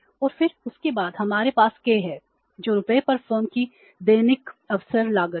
और फिर उसके बाद हमारे पास k है जो रुपये पर फर्म की दैनिक अवसर लागत है